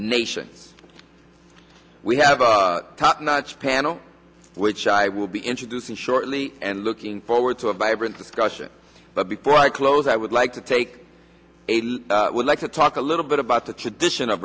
nation we have a top notch panel which i will be introducing shortly and looking forward to a vibrant discussion but before i close i would like to take a look would like to talk a little bit about the tradition of